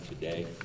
today